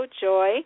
Joy